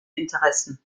interessen